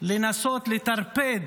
לנסות לטרפד